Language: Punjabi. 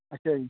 ਅੱਛਾ ਜੀ